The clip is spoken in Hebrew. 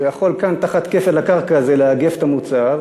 הוא יכול כאן, תחת קפל הקרקע הזה, לאגף את המוצב,